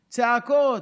צעקות,